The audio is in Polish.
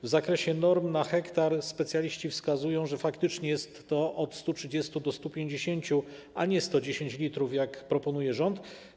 W zakresie norm na hektar specjaliści wskazują, że faktycznie jest to od 130 l do 150 l, a nie 110 l, jak proponuje rząd.